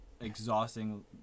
exhausting